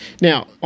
Now